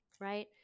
right